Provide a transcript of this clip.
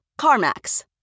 CarMax